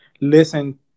listen